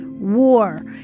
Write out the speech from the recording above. War